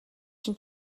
чинь